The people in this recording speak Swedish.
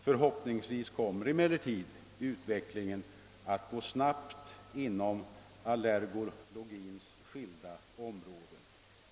Förhoppningsvis kommer emellertid utvecklingen att gå snabbt inom allergologins skilda områden.